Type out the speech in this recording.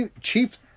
chief